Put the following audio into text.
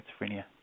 schizophrenia